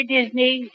Disney